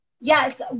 yes